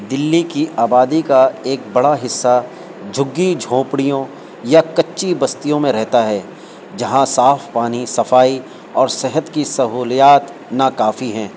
دلی کی آبادی کا ایک بڑا حصہ جھگی جھونپڑیوں یا کچی بستیوں میں رہتا ہے جہاں صاف پانی صفائی اور صحت کی سہولیات ناکافی ہیں